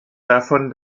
davon